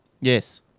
Yes